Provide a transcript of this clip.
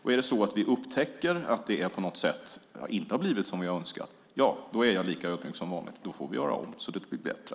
Om vi upptäcker att det inte har blivit som vi har önskat är jag lika ödmjuk som vanligt. Då får vi göra om så att det blir bättre.